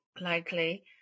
likely